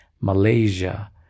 Malaysia